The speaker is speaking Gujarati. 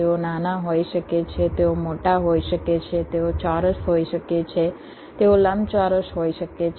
તેઓ નાના હોઈ શકે છે તેઓ મોટા હોઈ શકે છે તેઓ ચોરસ હોઈ શકે છે તેઓ લંબચોરસ હોઈ શકે છે